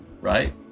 right